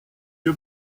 que